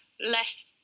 less